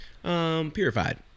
Purified